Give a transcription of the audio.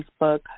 Facebook